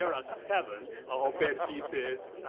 are ah seven op-ed pieces.